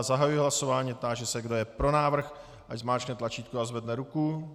Zahajuji hlasování a táži se, kdo je pro návrh, ať zmáčkne tlačítko a zvedne ruku.